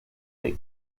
the